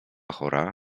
chora